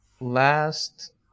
last